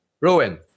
Rowan